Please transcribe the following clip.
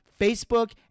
Facebook